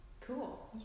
cool